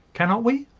cannot we?